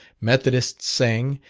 methodists sang,